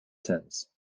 tins